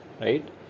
right